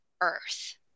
earth